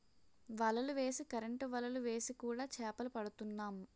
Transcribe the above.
వలలు వేసి కరెంటు వలలు వేసి కూడా చేపలు పడుతున్నాం